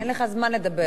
אין לך זמן לדבר.